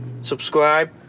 subscribe